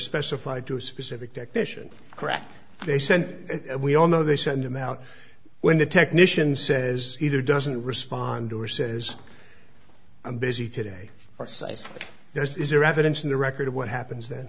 specified to a specific technician correct they said we all know they send them out when the technician says either doesn't respond or says i'm busy today or say there is your evidence in the record of what happens then